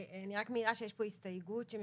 אני רק מעירה שיש פה הסתייגות של כל סיעות האופוזיציה